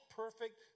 perfect